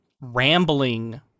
rambling